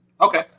Okay